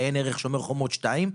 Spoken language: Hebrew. עיין ערך שומר חומות 2,